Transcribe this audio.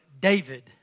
David